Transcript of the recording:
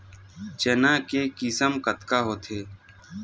चना के किसम कतका होथे?